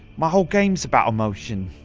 my whole game is about emotion.